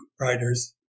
writers